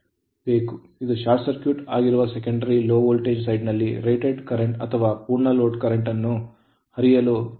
ನಮಗೆ ಬೇಕು ಇದು ಶಾರ್ಟ್ ಸರ್ಕ್ಯೂಟ್ ಆಗಿರುವ secondary low low voltage side ನಲ್ಲಿ ರೇಟೆಡ್ ಕರೆಂಟ್ ಅಥವಾ ಪೂರ್ಣ ಲೋಡ್ ಕರೆಂಟ್ ಅನ್ನು ಹರಿಯಲು Kannada translation